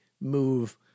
move